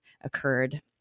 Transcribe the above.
occurred